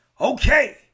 okay